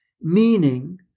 meaning